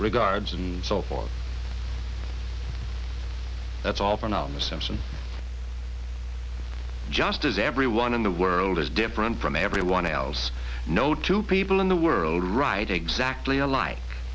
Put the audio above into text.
regards and so forth that's all for now simpson just as everyone in the world is different from everyone else no two people in the world right exactly alike